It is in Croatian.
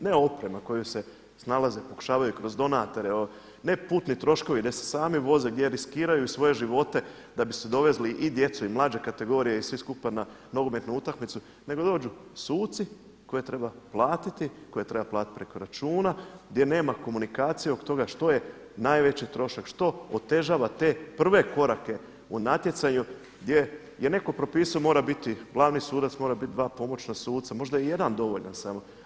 Ne oprema koju se snalaze, pokušavaju kroz donatore, ne putni troškovi, gdje se sami voze, gdje riskiraju svoje živote da bi dovezli i djecu i mlađe kategorije i svi skupa na nogometnu utakmicu nego dođu suci koje treba platiti, koje treba platiti preko računa, gdje nema komunikacije oko toga što je najveći trošak, što otežava te prve korake u natjecanju, gdje je netko propisao mora biti glavni sudac, moraju biti dva pomoćna suca, možda je i jedan dovoljan samo.